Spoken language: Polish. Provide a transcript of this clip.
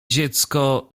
dziecko